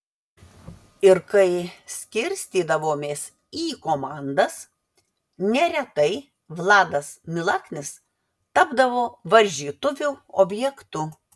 ir kai skirstydavomės į komandas neretai vladas milaknis tapdavo varžytuvių objektu